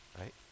right